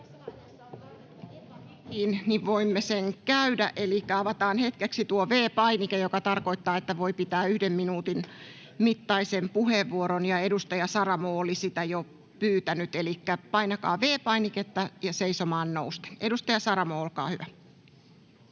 voimme sen käydä, elikkä avataan hetkeksi tuo V-painike, joka tarkoittaa, että voi pitää yhden minuutin mittaisen puheenvuoron. Edustaja Saramo oli sitä jo pyytänyt. Elikkä painakaa V-painiketta ja seisomaan nousten. — Edustaja Saramo, olkaa hyvä.